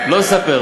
האוצר, לא לספר?